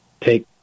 take